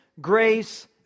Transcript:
grace